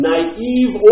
Naive